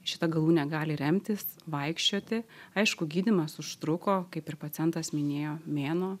šitą galūne gali remtis vaikščioti aišku gydymas užtruko kaip ir pacientas minėjo mėnuo